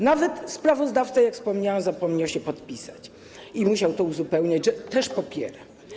Nawet sprawozdawca, jak wspomniałam, zapomniał się podpisać i musiał uzupełniać, że też popiera.